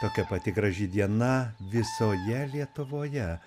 tokia pati graži diena visoje lietuvoje